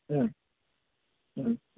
ಹ್ಞೂ ಹ್ಞೂ